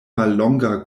mallonga